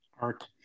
Art